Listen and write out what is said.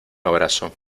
abrazo